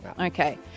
Okay